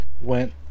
went